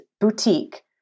boutique